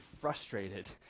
frustrated